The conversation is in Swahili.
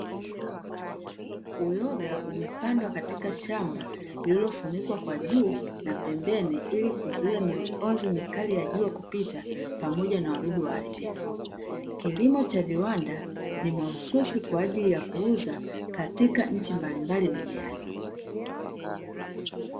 Uyoga umepandwa katika shamba lililofunikwa kwa juu na pembeni ili kuzuia mionzi mikali ya jua kupita, pamoja na wadudu waharibifu. Kilimo cha viwanda ni mahususi kwa ajili ya kuuza, katika nchi mbalimbali duniani.